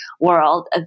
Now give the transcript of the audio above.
world